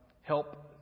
help